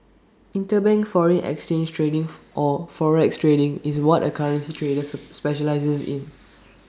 interbank foreign exchange trading or forex trading is what A currency trader specialises in